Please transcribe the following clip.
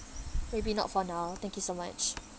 maybe not for now thank you so much